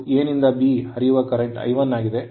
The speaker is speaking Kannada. ಮತ್ತು A ನಿಂದ B ಹರಿಯುವ current I1 ಆಗಿದೆ